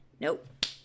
Nope